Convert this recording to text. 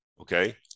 Okay